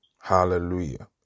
Hallelujah